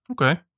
Okay